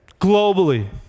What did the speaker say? globally